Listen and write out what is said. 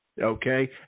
okay